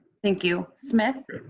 thank you. smith?